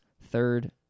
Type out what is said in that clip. third